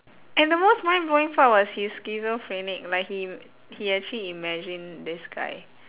and the most mind blowing part was he's schizophrenic like he he actually imagined this guy